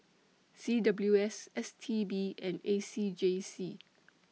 C W S S T B and A C J C